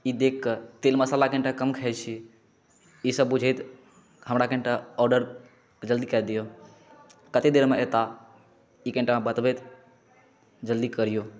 ई देख कऽ तेल मशाला कनीटा कम खाइ छी ईसब बुझैत हमरा कनीटा आर्डर जल्दी कए दिअ कते देर मे एता ई कनीटा हमरा बतबैत जल्दी करियौ